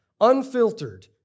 unfiltered